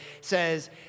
says